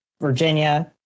Virginia